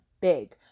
big